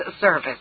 service